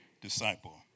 disciple